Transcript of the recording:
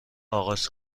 آغاز